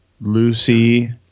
Lucy